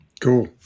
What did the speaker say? Cool